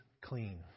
clean